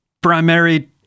primary